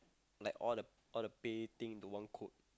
like all the all the pay thing into one code